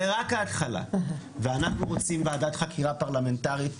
זה רק ההתחלה ואנחנו רוצים וועדת חקירה פרלמנטרית,